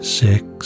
six